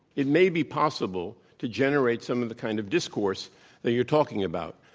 it may be possible to generate some of the kind of discourse that you're talking about.